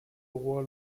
roi